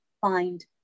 find